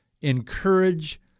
encourage